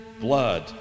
Blood